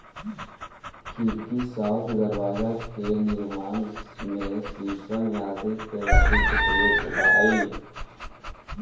खिड़की आउ दरवाजा के निर्माण में शीशम आदि के लकड़ी के प्रयोग होवऽ हइ